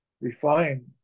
refine